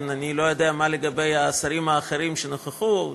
אני לא יודע מה לגבי השרים האחרים שנכחו,